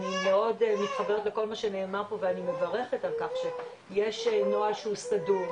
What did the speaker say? אני מאוד מתחברת לכל מה שנאמר פה ואני מברכת על כך שיש נוהל שהוא סדור,